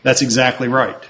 that's exactly right